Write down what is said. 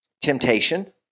temptation